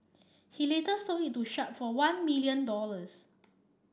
he later sold it to Sharp for one million dollars